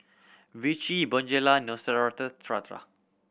Vichy Bonjela